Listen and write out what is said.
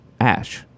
ash